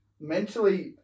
mentally